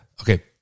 Okay